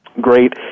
great